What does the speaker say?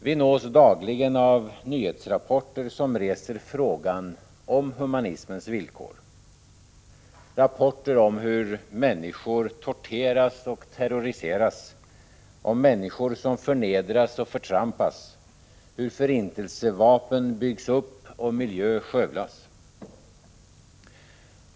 Vi nås dagligen av nyhetsrapporter som reser frågan om humanismens villkor, rapporter om hur människor torteras och terroriseras, om människor som förnedras och förtrampas, hur förintelsevapen byggs upp och miljö skövlas.